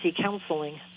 counseling